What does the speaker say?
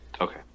Okay